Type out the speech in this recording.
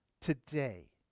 Today